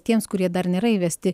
tiems kurie dar nėra įvesti